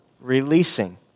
releasing